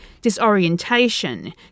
disorientation